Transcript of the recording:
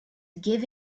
give